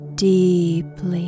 deeply